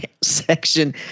section